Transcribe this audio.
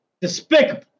Despicable